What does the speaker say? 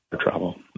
travel